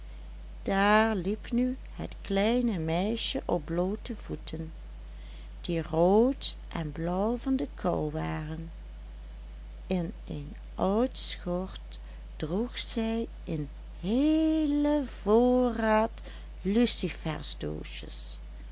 daar liep nu het kleine meisje op bloote voeten die rood en blauw van de kou waren in een oud schort droeg zij een heelen voorraad